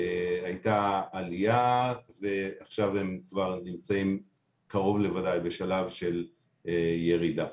הייתה עלייה ועכשיו הם כבר נמצאים קרוב לוודאי בשלב של ירידה.